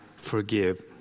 forgive